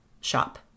shop